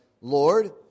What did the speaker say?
Lord